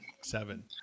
Seven